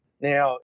Now